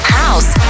house